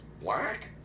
Black